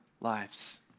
lives